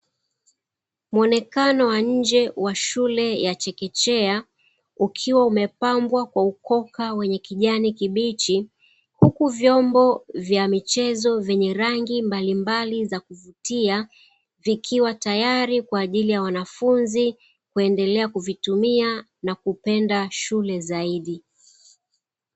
Muonekano wa nje wa shule ya chekechea ukiwa umepambwa kwa ukoka wenye kijani kibichi, huku vyombo vya michezo vyenye rangi mbalimbali za kuvutia vikiwa tayari kwa ajili ya wanafunzi kuendelea na kupenda shule zaidi.